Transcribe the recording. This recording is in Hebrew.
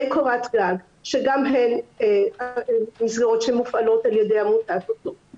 קורת גג שגם הן מסגרות שמופעלות על ידי עמותת אותות,